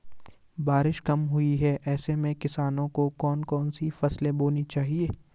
बारिश कम हुई है ऐसे में किसानों को कौन कौन सी फसलें बोनी चाहिए?